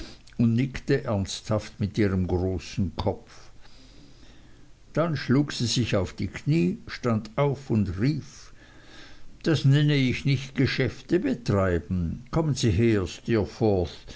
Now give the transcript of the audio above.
und nickte ernsthaft mit ihrem großen kopf dann schlug sie sich auf die kniee stand auf und rief das nenne ich nicht geschäfte betreiben kommen sie her